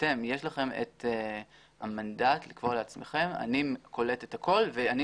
לכם יש המנדט לקבוע לעצמכם שאתם קולטים הכול ואתם